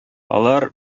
алар